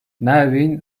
merwin